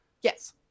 Yes